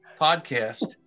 podcast